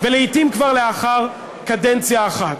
ולעתים כבר לאחר קדנציה אחת.